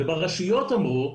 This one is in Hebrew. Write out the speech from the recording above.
וברשויות אמרו,